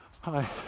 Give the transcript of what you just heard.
Hi